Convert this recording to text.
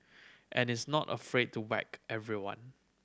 and is not afraid to whack everyone